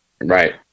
Right